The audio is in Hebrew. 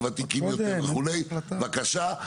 ותיקים יותר וכו' בבקשה,